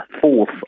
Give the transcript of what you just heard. fourth